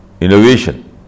innovation